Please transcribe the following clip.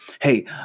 hey